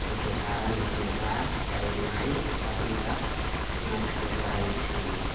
एहिके कारण हम एकरा पहिननाइ अभी तक न छोड़ रहल छी